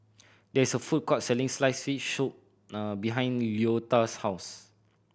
there is a food court selling sliced fish soup behind Leota's house